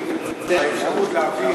באיזה שלב מותר לי להעביר